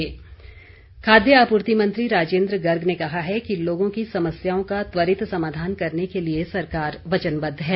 राजेन्द्र गर्ग खाद्य आपूर्ति मंत्री राजेन्द्र गर्ग ने कहा है कि लोगों की समस्याओं का त्वरित समाधान करने के लिए सरकार वचनबद्ध है